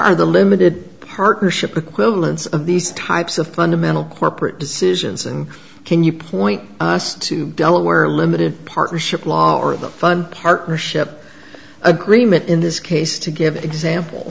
are the limited partnership equivalents of these types of fundamental corporate decisions and can you point us to delaware limited partnership law or the fun partnership agreement in this case to give example